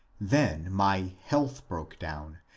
then my health broke down,